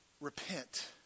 Repent